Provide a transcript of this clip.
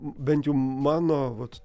bent jau mano vat